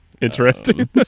interesting